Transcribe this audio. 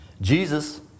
Jesus